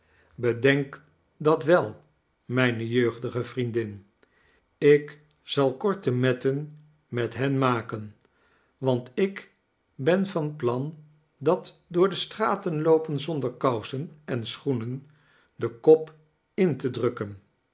bedenk dat wel mijne jeugdige vriendin ik zal korte metten met hen maken want ik ben van plan dat door de straten loopen zonder kousen en schoenen den kop in te drukken